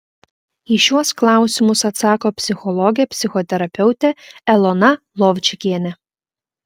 į šiuos klausimus atsako psichologė psichoterapeutė elona lovčikienė